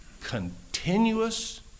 Continuous